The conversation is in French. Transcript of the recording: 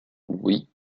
oui